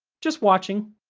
just watching.